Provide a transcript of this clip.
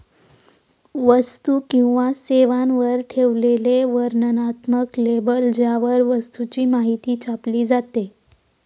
वस्तू किंवा सेवांवर ठेवलेले वर्णनात्मक लेबल ज्यावर वस्तूची माहिती छापली जाते